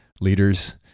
Leaders